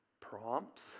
prompts